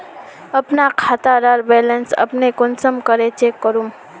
अपना खाता डार बैलेंस अपने कुंसम करे चेक करूम?